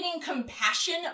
compassion